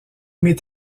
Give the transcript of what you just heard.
m’est